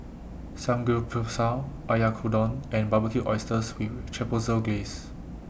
Samgeyopsal Oyakodon and Barbecued Oysters with Chipotle Glaze